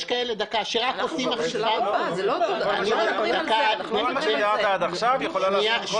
יש כאלה שרק --- כל מה שתיארת עד עכשיו יכולה לעשות כל חברה.